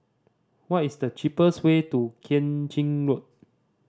what is the cheapest way to Keng Chin Road